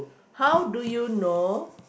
how do you know